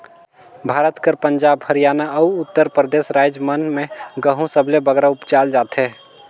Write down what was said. भारत कर पंजाब, हरयाना, अउ उत्तर परदेस राएज मन में गहूँ सबले बगरा उपजाल जाथे